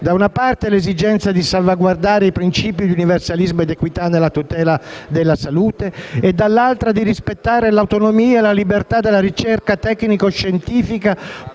da una parte, l'esigenza di salvaguardare i principi di universalismo ed equità nella tutela della salute e, dall'altra, l'esigenza di rispettare l'autonomia e la libertà della ricerca tecnico-scientifica